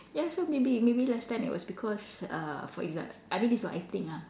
ya so maybe maybe last time it was because uh for exa~ I mean this what I think ah